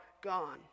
gone